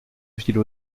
ville